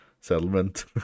settlement